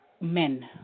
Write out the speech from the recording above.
men